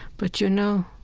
but, you know,